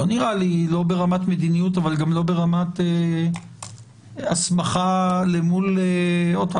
לא נראה לי לא ברמת מדיניות וגם לא ברמת הסמכה למול --- עוד פעם,